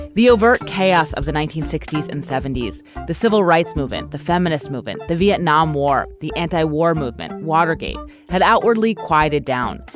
the overt chaos of the nineteen sixty s and seventy s the civil rights movement the feminist movement the vietnam war the anti-war movement watergate had outwardly quieted down.